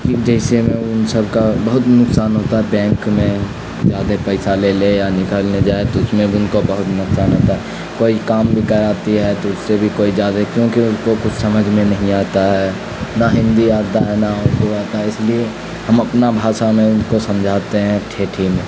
جس میں ان سب کا بہت نقصان ہوتا ہے بینک میں زیادہ پیسہ لے لے یا نکالنے جائے تو اس میں بھی ان کو بہت نقصان ہوتا ہے کوئی کام بھی کراتی ہے تو اس سے بھی کوئی زیادہ کیونکہ ان کو کچھ سمجھ میں نہیں آتا ہے نہ ہندی آتا ہے نہ اردو آتا ہے اس لیے ہم اپنا بھاشا میں ان کو سمجھاتے ہیں ٹھٹھ میں